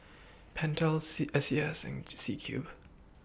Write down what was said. Pentel C S C S and C Cube